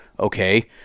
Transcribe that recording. Okay